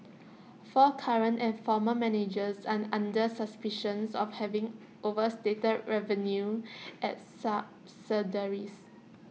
four current and former managers are under suspicions of having overstated revenue at subsidiaries